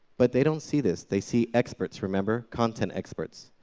but they don't see this they see experts, remember? content experts.